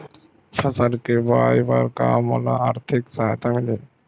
फसल के बोआई बर का मोला आर्थिक सहायता मिलही?